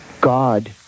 God